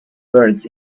words